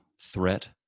threat